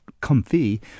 comfy